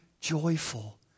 joyful